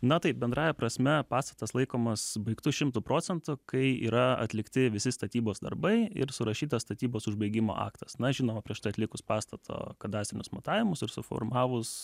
na taip bendrąja prasme pastatas laikomas baigtu šimtu procentų kai yra atlikti visi statybos darbai ir surašytas statybos užbaigimo aktas na žinoma prieš tai atlikus pastato kadastrinius matavimus ir suformavus